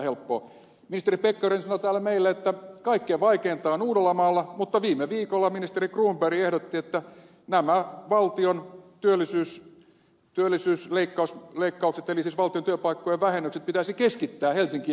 ministeri pekkarinen sanoi täällä meille että kaikkein vaikeinta on uudellamaalla mutta viime viikolla ministeri cronberg ehdotti että nämä valtion työllisyysleikkaukset eli siis valtion työpaikkojen vähennykset pitäisi keskittää helsinkiin ja uudellemaalle